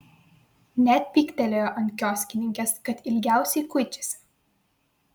net pyktelėjo ant kioskininkės kad ilgiausiai kuičiasi